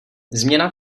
změna